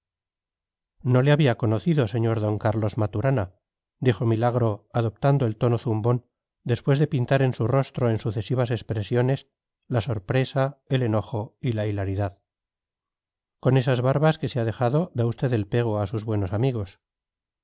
no le había conocido sr d carlos maturana dijo milagro adoptando el tono zumbón después de pintar en su rostro en sucesivas expresiones la sorpresa el enojo y la hilaridad con esas barbas que se ha dejado da usted el pego a sus buenos amigos